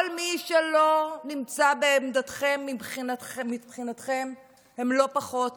כל מי שלא נמצא בעמדתכם מבחינתכם הוא לא פחות